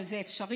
אבל זה אפשרי.